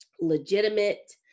legitimate